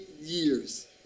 years